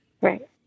Right